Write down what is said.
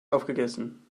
aufgegessen